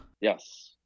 Yes